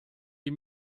die